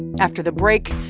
after the break,